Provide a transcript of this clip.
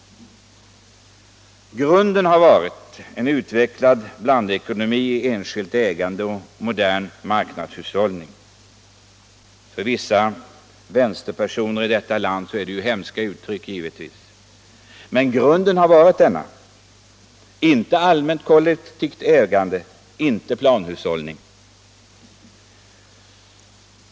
Grunden har varit en utvecklad blandekonomi i enskilt ägande och modern marknadshushållning — för vissa vänsterpersoner i detta land hemska uttryck. Men grunden har varit denna, inte allmänt kollektivt ägande, inte planhushållning.